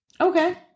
Okay